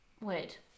wait